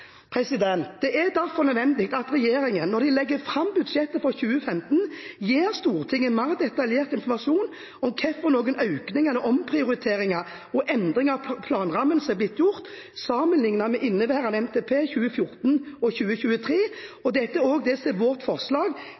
Det er derfor nødvendig at regjeringen, når den legger fram budsjettet for 2015, gir Stortinget mer detaljert informasjon om hvilke økninger, omprioriteringer og endringer av planrammen som er blitt gjort, sammenlignet med inneværende NTP for 2014–2023. Dette er også det som er vårt forslag